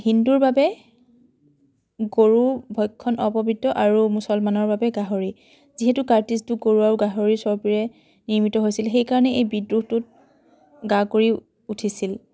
হিন্দুৰ বাবে গৰু ভক্ষণ অপৱিত্ৰ আৰু মুছলমানৰ বাবে গাহৰি যিহেতু কাৰ্টিজটো গৰু আৰু গাহৰিৰ চৰ্বিৰে নিৰ্মিত হৈছিল সেইকাৰণে এই বিদ্ৰোহটো গা কৰি উঠিছিল